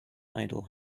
idle